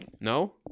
No